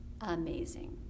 amazing